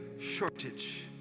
shortage